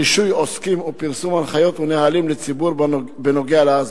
רישוי עוסקים ופרסום הנחיות ונהלים לציבור בנוגע לאזבסט.